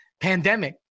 pandemic